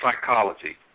psychology